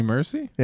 Mercy